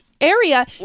area